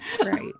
Right